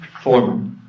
former